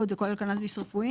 הקנאביס.